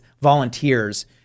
volunteers